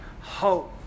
hope